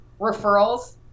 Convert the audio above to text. Referrals